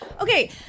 Okay